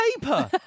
paper